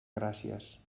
gràcies